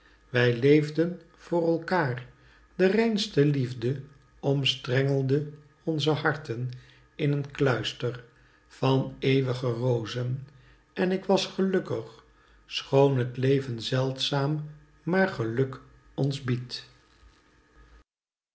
wij leefden voor elkaer de reinste liefde omstrengelde onze harten in een kluister van eeuwge rozen en ik was gelukkig schoon t leven zeldzaam maar geluk ons biedt